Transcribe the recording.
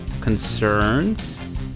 concerns